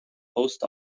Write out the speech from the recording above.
post